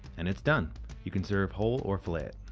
and it's done you can serve whole or fillet it.